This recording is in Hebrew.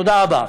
תודה רבה.